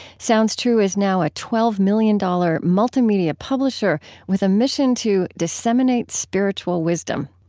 sounds true is now a twelve million dollars multimedia publisher with a mission to disseminate spiritual wisdom.